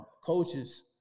Coaches –